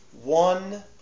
One